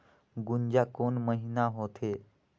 गुनजा कोन महीना होथे?